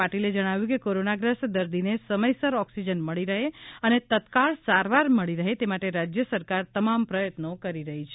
પાટીલે જણાવ્યું કે કોરોનાગ્રસ્ત દર્દીને સમયસર ઓક્સિજન મળી રહે અને તત્કાળ સારવાર મળી રહે તે માટે રાજ્ય સરકાર તમામ પ્રયત્નો કરી રહી છે